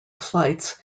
flights